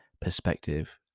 perspective